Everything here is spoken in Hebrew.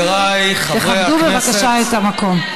תכבדו בבקשה את המקום.